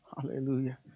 hallelujah